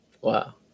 Wow